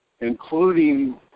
including